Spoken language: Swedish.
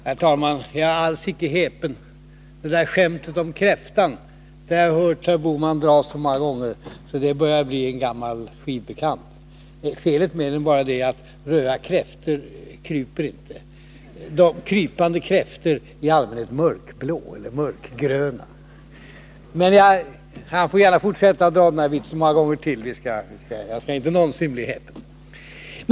Herr talman! Jag är alls icke häpen. Skämtet om kräftan har jag hört herr Bohman dra så många gånger att det börjar bli en gammal skivbekant. Felet med det är bara att röda kräftor inte kryper. Krypande kräftor är i allmänhet mörkblå eller mörkgröna. Men herr Bohman får gärna fortsätta att dra den här vitsen många gånger till — jag skall inte någonsin bli häpen.